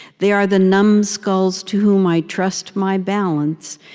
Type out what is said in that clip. they are the numbskulls to whom i trust my balance,